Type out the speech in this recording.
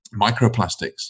microplastics